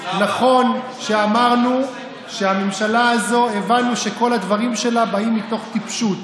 נכון שהבנו שכל הדברים של הממשלה הזו באים מתוך טיפשות,